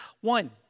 One